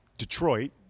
Detroit